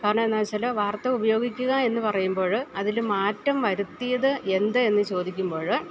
കാരണമെന്താണെന്നു വെച്ചാല് വാർത്ത ഉപയോഗിക്കുകയെന്ന് പറയുമ്പോള് അതില് മാറ്റം വരുത്തിയതെന്ത് എന്ന് ചോദിക്കുമ്പോള്